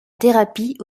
thérapie